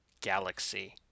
galaxy